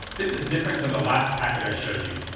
this is different than the last packet i showed you,